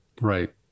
Right